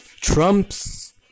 Trump's